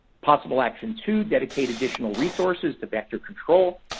possible action two, dedicate additional resources to vector control.